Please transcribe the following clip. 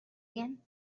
again